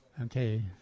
Okay